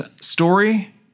story